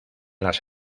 las